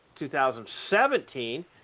2017